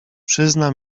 przyzna